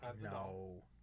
no